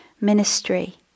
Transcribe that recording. ministry